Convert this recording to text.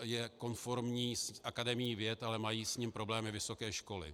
Je konformní s Akademií věd, ale mají s ním problémy vysoké školy.